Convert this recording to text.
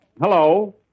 Hello